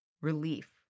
relief